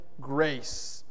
grace